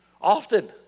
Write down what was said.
often